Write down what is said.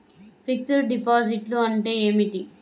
Fixed డిపాజిట్లు అంటే ఏమిటి?